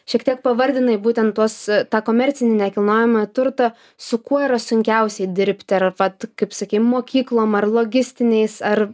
šiek tiek pavardinai būtent tuos tą komercinį nekilnojamąjį turtą su kuo yra sunkiausiai dirbti ar vat kaip sakei mokyklom ar logistiniais ar